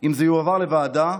אם זה יועבר לוועדה,